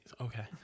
okay